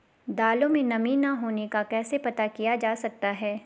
दालों में नमी न होने का कैसे पता किया जा सकता है?